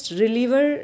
reliever